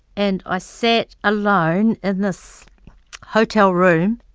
and i sat alone in this hotel room,